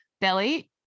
Belly